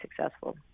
successful